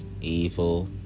evil